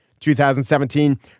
2017